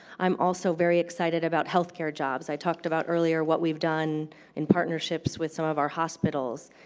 i'm also very excited about healthcare jobs. i talked about earlier what we've done in partnerships with some of our hospitals.